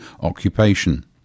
occupation